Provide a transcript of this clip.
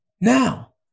Now